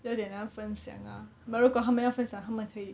有一点难分享 ah but 如果他们要分享他们可以